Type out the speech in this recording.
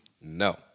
No